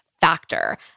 Factor